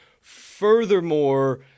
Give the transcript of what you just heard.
furthermore